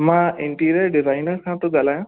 मां interior designer खां थो ॻाल्हायां